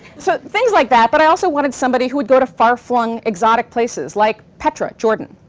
so things like that, but i also wanted somebody who would go to far-flung, exotic places, like petra, jordan.